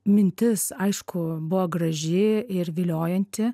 mintis aišku buvo graži ir viliojanti